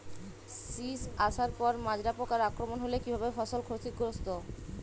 শীষ আসার পর মাজরা পোকার আক্রমণ হলে কী ভাবে ফসল ক্ষতিগ্রস্ত?